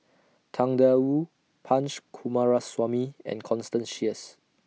Tang DA Wu Punch Coomaraswamy and Constance Sheares